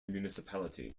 municipality